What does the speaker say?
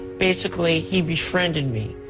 basically, he befriended me.